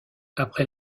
après